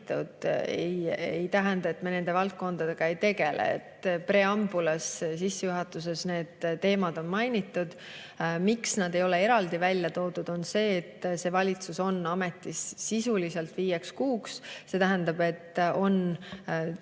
ei tähenda, et me nende valdkondadega ei tegele. Preambulis, sissejuhatuses need teemad on mainitud. Põhjus, miks need ei ole eraldi välja toodud, on see, et see valitsus on ametis sisuliselt viieks kuuks. See tähendab, et on teatud